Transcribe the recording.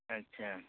अच्छा